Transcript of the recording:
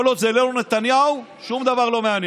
כל עוד זה לא נתניהו, שום דבר לא מעניין.